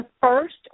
first